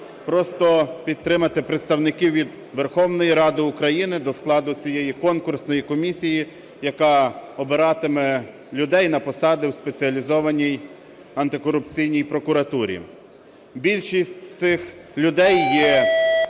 просто підтримати представників від Верховної Ради України до складу цієї конкурсної комісії, яка обиратиме людей на посади у Спеціалізованій антикорупційній прокуратурі. Більшість з цих людей є